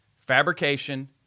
fabrication